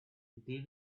they